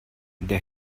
der